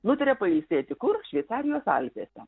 nutaria pailsėti kur šveicarijos alpėse